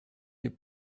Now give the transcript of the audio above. your